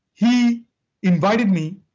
he invited me,